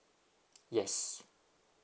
yes